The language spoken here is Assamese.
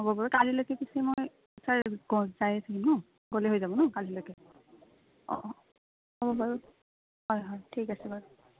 হ'ব বাৰু কালিলকে পিছে মই চাৰ যাই ন গ'লে হৈ যাব ন কালিলকে অঁ হ'ব বাৰু হয় হয় ঠিক আছে বাৰু